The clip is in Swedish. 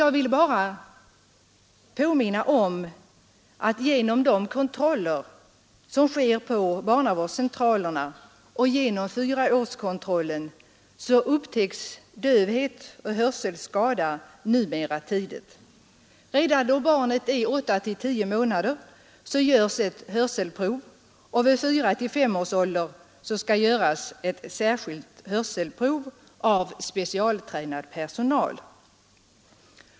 Genom de kontroller som sker på barnavårdscentralerna och genom fyraårskontrollen upptäcks dövhet och hörselskada numera tidigt. Redan då barnet är 8—10 månader görs ett hörselprov, och vid 4—5 års ålder skall ett särskilt hörselprov göras av specialtränad personal.